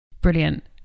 brilliant